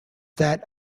that